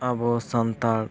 ᱟᱵᱚ ᱥᱟᱱᱛᱟᱲ